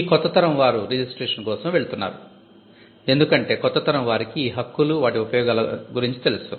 ఈ కొత్త తరం వారు రిజిస్ట్రేషన్ కోసం వెళ్తున్నారు ఎందుకంటే కొత్త తరం వారికి ఈ హక్కులు వాటి ఉపయోగాల గురించి తెలుసు